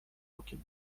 okiem